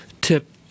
tip